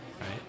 right